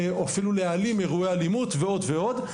או אפילו להעלים אירועי אלימות ועוד ועוד.